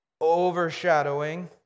overshadowing